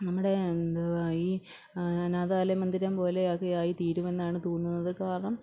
നമ്മുടെ എന്തുവാ ഈ അനാഥാലയ മന്ദിരം പോലെയൊക്കെ ആയി തീരുമെന്നാണ് തോന്നുന്നത് കാരണം